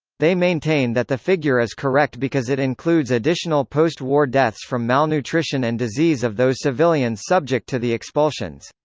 they maintain that the figure is correct because it includes additional post war deaths from malnutrition and disease of those civilians subject to the expulsions.